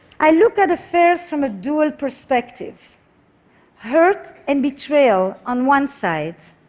i look at affairs from a dual perspective hurt and betrayal on one side,